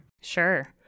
Sure